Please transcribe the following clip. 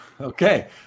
Okay